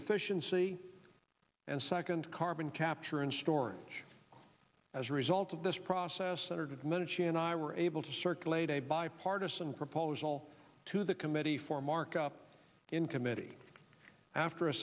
efficiency and second carbon capture and storage as a result of this process senator domenici and i were able to circulate a bipartisan proposal to the committee for markup in committee after a